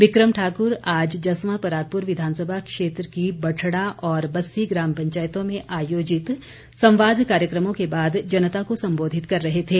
बिक्रम ठाकुर आज जसवां परागपुर विधानसभा क्षेत्र की बठड़ा और बस्सी ग्राम पंचायतों में आयोजित संवाद कार्यक्रमों के बाद जनता को संबोधित कर रहे थे